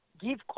give